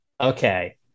Okay